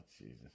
Jesus